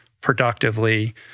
productively